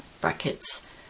Brackets